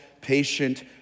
patient